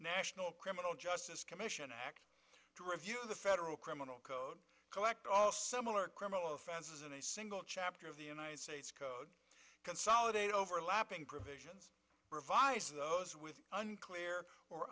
national criminal justice commission act to review the federal criminal code collect all similar criminal offenses in a single chapter of the united states code consolidate overlapping provisions revise those with unclear or